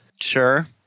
Sure